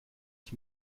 ich